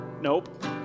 Nope